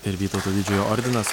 ir vytauto didžiojo ordinas